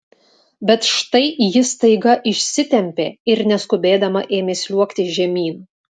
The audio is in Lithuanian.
bet štai ji staiga išsitempė ir neskubėdama ėmė sliuogti žemyn